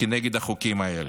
כנגד החוקים הללו.